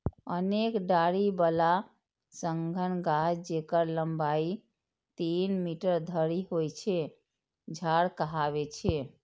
अनेक डारि बला सघन गाछ, जेकर लंबाइ तीन मीटर धरि होइ छै, झाड़ कहाबै छै